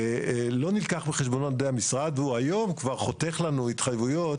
לא נלקח בחשבון בידי המשרד והוא היום כבר חותך לנו התחייבויות